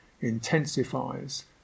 intensifies